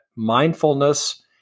mindfulness